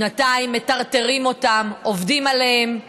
שנתיים מטרטרים אותם, עובדים עליהם,